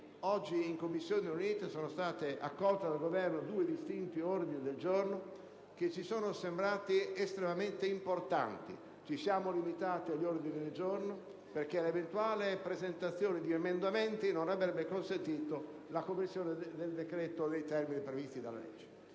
oggi nelle Commissioni riunite sono stati accolti dal Governo due distinti ordini del giorno, che ci sono sembrati estremamente importanti. Ci siamo limitati agli ordini del giorno, perché l'eventuale presentazione di emendamenti non avrebbe consentito la conversione del decreto nei termini previsti dalla legge.